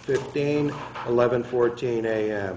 fifteen eleven fourteen a